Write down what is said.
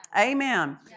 Amen